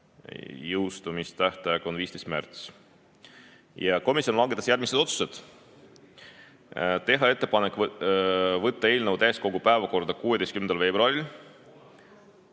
jõustumistähtaeg on 15. märts. Komisjon langetas järgmised otsused: teha ettepanek võtta eelnõu täiskogu päevakorda 16. veebruariks,